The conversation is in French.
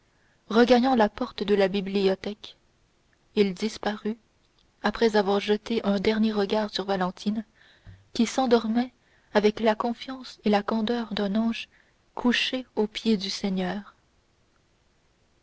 regagnant la porte de la bibliothèque il disparut après avoir jeté un dernier regard vers valentine qui s'endormait avec la confiance et la candeur d'un ange couché aux pieds du seigneur